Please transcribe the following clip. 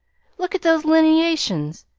look at those lineations!